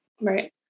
Right